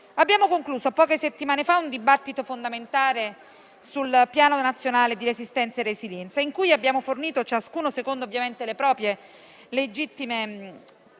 Abbiamo concluso poche settimane fa un dibattito fondamentale sul Piano nazionale di ripresa e resilienza, in cui abbiamo fornito, ciascuno secondo le proprie legittime proposte,